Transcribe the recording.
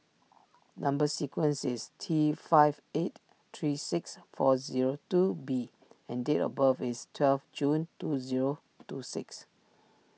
Number Sequence is T five eight three six four zero two B and date of birth is twelve June two zero two six